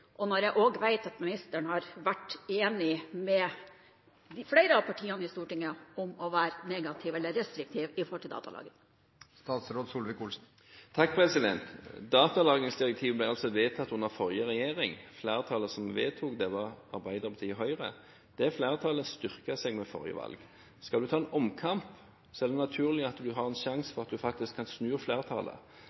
– når jeg også vet at ministeren har vært enig med flere av partiene på Stortinget om å være restriktiv til datalagring. Datalagringsdirektivet ble vedtatt under forrige regjering. Flertallet som vedtok det, var Arbeiderpartiet og Høyre. Det flertallet ble styrket ved forrige valg. Skal du ta omkamp, er det naturlig at du har en sjanse til å kunne snu flertallet.